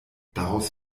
daraus